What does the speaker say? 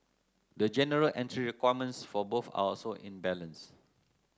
the general entry requirements for both are also imbalanced